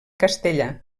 castellà